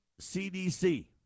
CDC